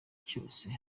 cyose